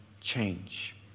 change